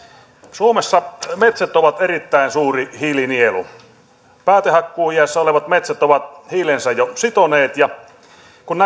suomessa metsät ovat erittäin suuri hiilinielu päätehakkuuiässä olevat metsät ovat hiilensä jo sitoneet ja kun